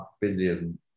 billion